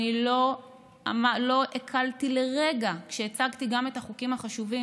אני לא הקלתי לרגע כשהצגתי גם את החוקים החשובים,